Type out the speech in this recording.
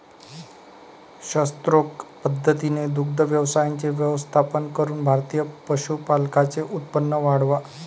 शास्त्रोक्त पद्धतीने दुग्ध व्यवसायाचे व्यवस्थापन करून भारतीय पशुपालकांचे उत्पन्न वाढवा